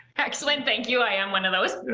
excellent, thank you, i am one of those.